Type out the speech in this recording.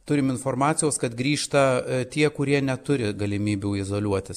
turim informacijos kad grįžta tie kurie neturi galimybių izoliuotis